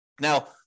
Now